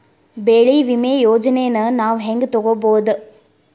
ಬೆಳಿ ವಿಮೆ ಯೋಜನೆನ ನಾವ್ ಹೆಂಗ್ ತೊಗೊಬೋದ್?